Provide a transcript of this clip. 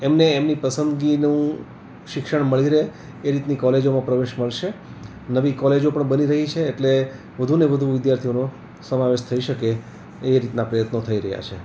એમને એમની પસંદગીનું શિક્ષણ મળી રહે એ રીતે કોલેજોમાં પ્રવેશ મળશે નવી કોલેજો પણ બની રહી છે એટલે વધુ ને વધુ વિધાર્થીઓનો સમાવેશ થઈ શકે એ રીતના પ્રયત્નો થઈ રહ્યાં છે